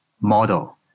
model